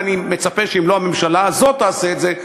ואני מצפה שאם לא הממשלה הזאת תעשה את זה,